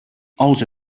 also